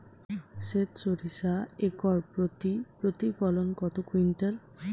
সেত সরিষা একর প্রতি প্রতিফলন কত কুইন্টাল?